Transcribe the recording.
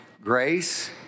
grace